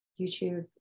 YouTube